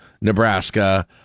Nebraska